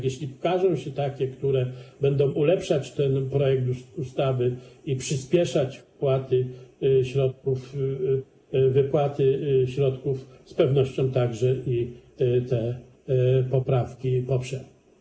Jeśli ukażą się takie, które będą ulepszać ten projekt ustawy i przyspieszać wypłaty środków, z pewnością także i te poprawki poprzemy.